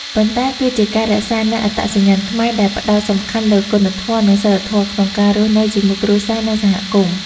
ប៉ុន្តែគឺជាការរក្សានូវអត្តសញ្ញាណខ្មែរ ដែលផ្ដោតសំខាន់លើ គុណធម៌ និង សីលធម៌ ក្នុងការរស់នៅជាមួយគ្រួសារ និងសហគមន៍។